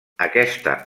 aquesta